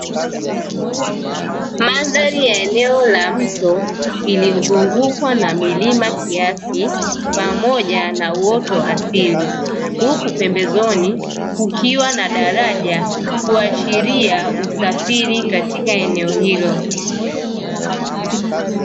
Mandhari ya eneo la mto ,iliyozungukwa na milima kiasi pamoja na uoto wa asili. Huku pembezoni kukiwa na daraja kuashiria usafiri katika eneo hilo.